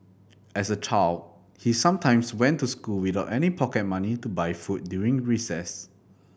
as a child he sometimes went to school without any pocket money to buy food during recess